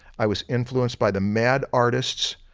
i was influenced by the mad artists,